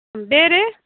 ಬೇರೆ